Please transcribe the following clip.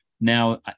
now